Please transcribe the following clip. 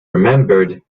remembered